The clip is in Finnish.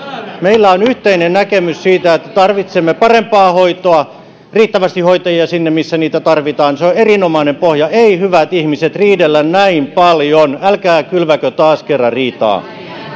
meillä on yhteinen näkemys siitä että tarvitsemme parempaa hoitoa ja riittävästi hoitajia sinne missä niitä tarvitaan se on erinomainen pohja ei hyvät ihmiset riidellä näin paljon älkää kylväkö taas kerran riitaa